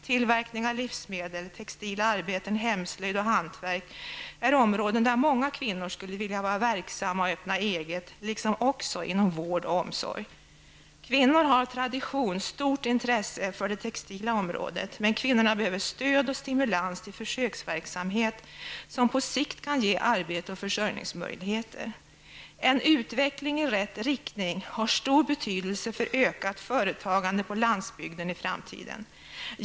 Tillverkning av livsmedel, textila arbeten, hemslöjd och hantverk är områden där många kvinnor skulle vilja vara verksamma och öppna eget, liksom även inom vård och omsorg. Kvinnor har av tradition stort intresse för det textila området, men kvinnorna behöver stöd och stimulans till försöksverksamheter som på sikt kan ge arbete och försörjningsmöjligheter. En utveckling i rätt riktning har stor betydelse för ökat företagande på landsbygden i framtiden.